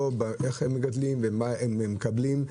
לא באופן שבו הם מגדלים ומה הם מקבלים.